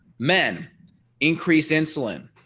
men increase insulin,